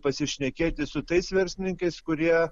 pasišnekėti su tais verslininkais kurie